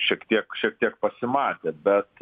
šiek tiek šiek tiek pasimatė bet